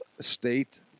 state